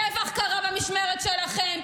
טבח קרה במשמרת שלכם,